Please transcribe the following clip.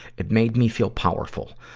it made me feel powerful.